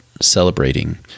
celebrating